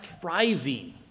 thriving